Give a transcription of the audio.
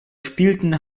spielten